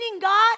God